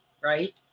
right